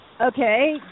okay